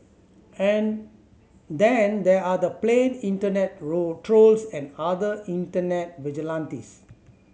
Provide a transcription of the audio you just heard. and then there are the plain internet trolls and other internet vigilantes